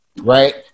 right